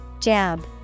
Jab